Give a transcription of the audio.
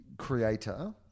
creator